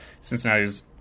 Cincinnati's